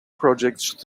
projects